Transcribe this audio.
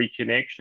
reconnection